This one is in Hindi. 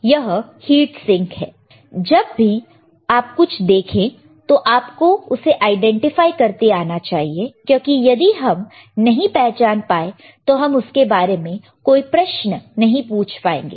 तो जब भी आप कुछ देखें तो आपको उसे आईडेंटिफाई करते आना चाहिए क्योंकि यदि हम नहीं पहचान पाए तो हम उसके बारे में कोई प्रश्न नहीं पूछ पाएंगे